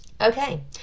Okay